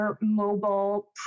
mobile